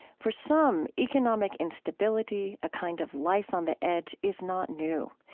for some, economic instability a kind of life on the edge is not new.